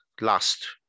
last